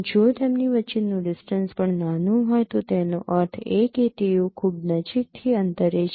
જો તેમની વચ્ચેનું ડિસ્ટન્સ પણ નાનું હોય તો તેનો અર્થ એ કે તેઓ ખૂબ નજીકથી અંતરે છે